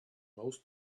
most